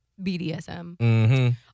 BDSM